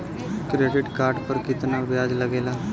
Credit card पर कितना ब्याज लगेला?